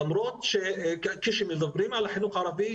למרות שכשמדברים על החינוך הערבי,